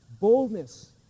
Boldness